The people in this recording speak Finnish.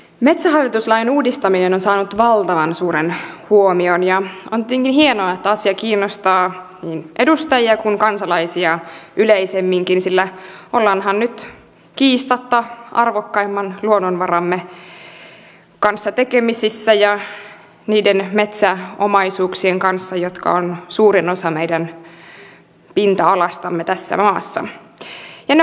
metsähallitus lain uudistaminen on saanut valtavan suuren huomion ja on tietenkin hienoa että asia kiinnostaa niin edustajia kuin kansalaisia yleisemminkin sillä ollaanhan nyt tekemisissä kiistatta arvokkaimman luonnonvaramme kanssa ja niiden metsäomaisuuksien kanssa jotka ovat suurin osa meidän pinta alastamme tässä maassa